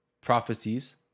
prophecies